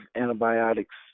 antibiotics